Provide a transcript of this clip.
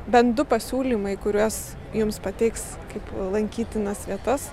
bent du pasiūlymai kuriuos jums pateiks kaip lankytinas vietas